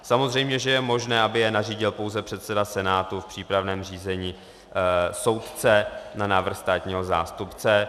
Samozřejmě že je možné, aby je nařídil pouze předseda senátu v přípravném řízení, soudce na návrh státního zástupce.